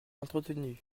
entretenu